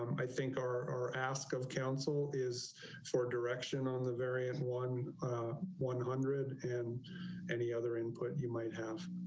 i think our ask of counsel is for direction on the variant one one hundred and any other input, you might have